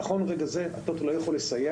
נכון לרגע זה הטוטו לא יכול לסייע.